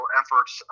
efforts